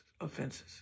offenses